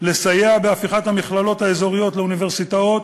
לסייע בהפיכת המכללות האזוריות לאוניברסיטאות